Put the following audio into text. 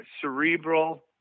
cerebral